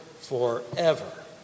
forever